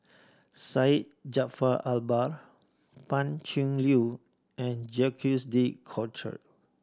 Syed Jaafar Albar Pan Cheng Lui and Jacques De Coutre